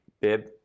bib